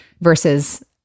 versus